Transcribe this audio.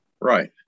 Right